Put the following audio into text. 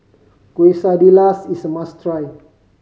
quesadillas is a must try